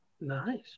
Nice